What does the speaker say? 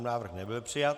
Návrh nebyl přijat.